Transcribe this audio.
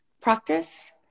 practice